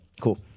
Cool